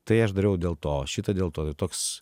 tai aš dariau dėl to šitą dėl to ir toks